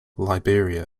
liberia